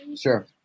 Sure